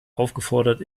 aufgefordert